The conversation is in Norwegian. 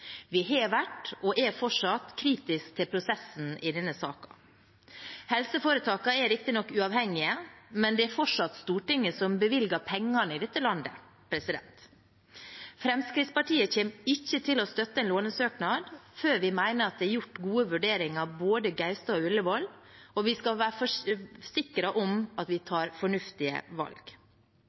Vi har vært og er fortsatt kritisk til prosessen i denne saken. Helseforetakene er riktignok uavhengige, men det er fortsatt Stortinget som bevilger pengene i dette landet. Fremskrittspartiet kommer ikke til å støtte en lånesøknad før vi mener at det er gjort gode vurderinger av både Gaustad og Ullevål, og vi skal være forsikret om at vi tar fornuftige valg.